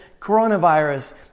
coronavirus